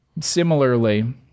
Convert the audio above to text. Similarly